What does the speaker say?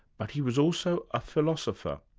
but he was also a philosopher.